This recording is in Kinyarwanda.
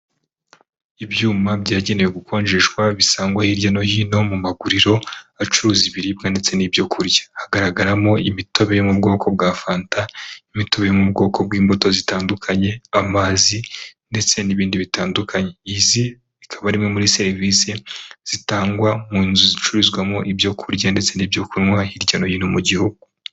Ibyuma byagenewe gukonjeshwa bisangwa hirya no hino mu maguriro acuruza ibiribwa ndetse n'ibyokurya hagaragaramo imitobe yo mu bwoko bwa fanta imitobe yo mu bwoko bw'imbuto zitandukanye amazi ndetse n'ibindi bitandukanye bikaba bimwe muri serivisi zitangwa mu nzu zicururizwamo ibyo kurya ndetse n'ibyo kunywa hirya no hino mu gihugu.